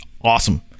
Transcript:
awesome